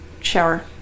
shower